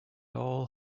all